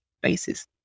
basis